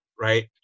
right